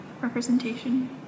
representation